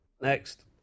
Next